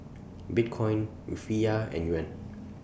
Bitcoin Rufiyaa and Yuan